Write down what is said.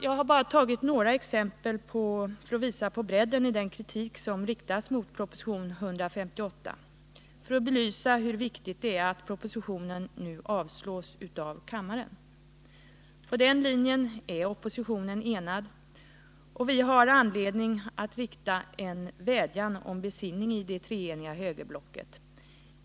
Jag har bara tagit några exempel för att visa bredden av den kritik som riktas mot proposition 158. Exemplen belyser hur viktigt det är att propositionen avslås av kammarens ledamöter. På den linjen är oppositionen enad, och vi har anledning att rikta en vädjan om besinning till det treeniga högerblocket.